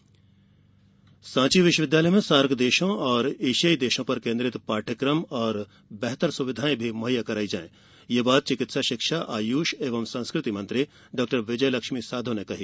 विजयलक्ष्मी सांची विश्वविद्यालय में सार्क देशों और एशियाई देशों पर केंद्रित पाठ्यक्रम और सुविधाएं मुहैया कराई जाए ये बात चिकित्सा शिक्षा आयुष एवं संस्कृति मंत्री डॉ विजय लक्ष्मी साधौ ने कही